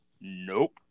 Nope